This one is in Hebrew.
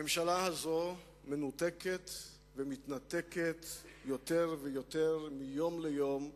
הממשלה הזאת מנותקת ומתנתקת יותר ויותר מיום ליום מאזרחיה.